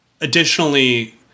additionally